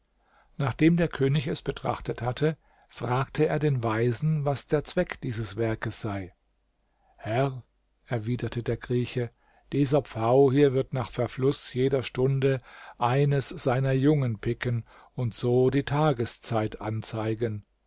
nachdem der könig es betrachtet hatte fragte er den weisen was der zweck dieses werkes sei herr erwiderte der grieche dieser pfau hier wird nach verfluß jeder stunde eines seiner jungen picken und so die tageszeit anzeigen